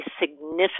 significant